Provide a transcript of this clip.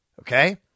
Okay